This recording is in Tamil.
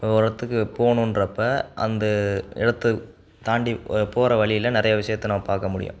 இப்போ ஒரு இடத்துக்கு போகணுன்றப்ப அந்த இடத்த தாண்டி போகிற வழியில நிறைய விஷயத்தை நம்ம பார்க்க முடியும்